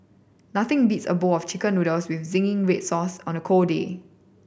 nothing beats a bowl of Chicken Noodles with zingy red sauce on a cold day